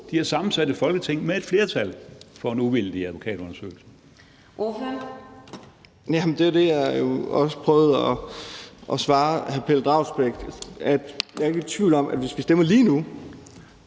de har sammensat et Folketing med et flertal for en uvildig advokatundersøgelse.